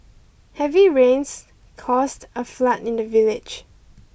heavy rains caused a flood in the village